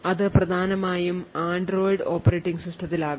അത് പ്രധാനമായും Android operating സിസ്റ്റത്തിലാകാം